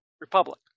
republic